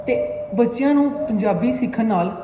ਅਤੇ ਬੱਚਿਆਂ ਨੂੰ ਪੰਜਾਬੀ ਸਿੱਖਣ ਨਾਲ